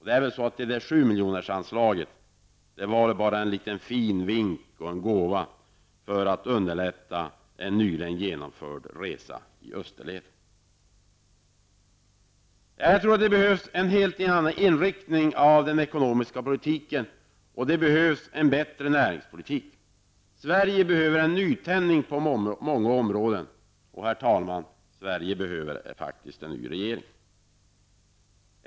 Detta anslag var väl bara en liten fin vink och en gåva för att underlätta en nyligen genomförd resa i österled. Jag tror att det behövs en helt ny inriktning av den ekonomiska politiken och en bättre näringspolitik. Sverige behöver en nytändning på många områden. Och, herr talman, Sverige behöver faktiskt en ny regering.